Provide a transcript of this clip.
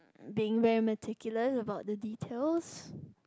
being very meticulous about the details